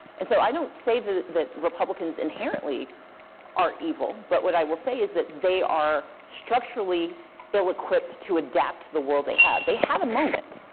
and so i don't say that the republicans inherently are evil. but what i will say is that they are structurally ill-equipped to adapt to the world they have. they had a moment.